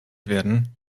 werden